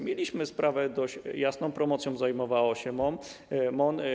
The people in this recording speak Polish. Mieliśmy sprawę dość jasną, promocją zajmowało się MON.